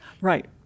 Right